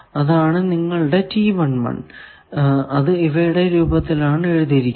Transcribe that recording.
അതാണ് നിങ്ങളുടെ അത് ഇവയുടെ രൂപത്തിൽ ആണ് എഴുതിയിരിക്കുന്നത്